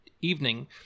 evening